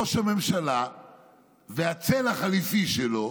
"ראש הממשלה והצל החליפי שלו"